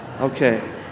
Okay